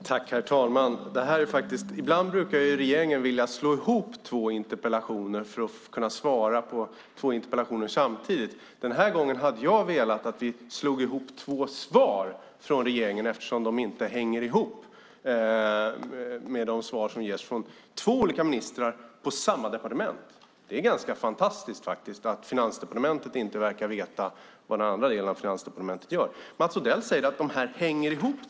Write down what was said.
Herr talman! Ibland brukar regeringen vilja slå ihop två interpellationer för att kunna svara på dem samtidigt. Den här gången hade jag velat att vi slog ihop två svar från regeringen, eftersom de svar som ges från två olika ministrar på samma departement inte hänger ihop. Det är ganska fantastiskt faktiskt att man i den ena delen av Finansdepartementet inte verkar veta vad den andra delen gör. Mats Odell säger att de här svaren hänger ihop.